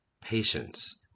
patience